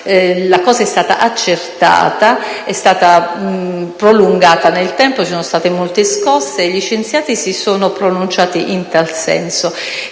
la cosa è stata accertata, è stata prolungata nel tempo, ci sono state molte scosse e gli scienziati si sono pronunciati in tal senso.